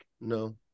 No